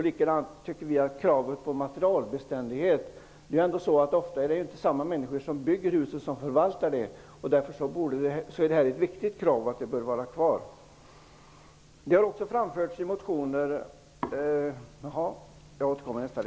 Likadant tycker vi att kravet på materialbeständighet bör finnas kvar. Det är inte alltid samma människor som bygger huset som förvaltar det. Därför är det ett väldigt viktigt krav som bör finnas kvar.